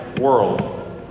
world